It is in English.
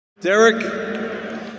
Derek